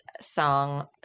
song